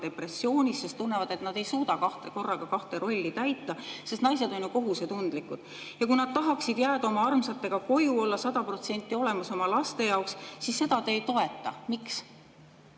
depressioonis, sest tunnevad, et nad ei suuda korraga kahte rolli täita, sest naised on ju kohusetundlikud. Kui nad tahaksid jääda oma armsatega koju, olla 100% olemas oma laste jaoks, siis seda te ei toeta. Miks?